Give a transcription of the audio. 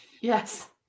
Yes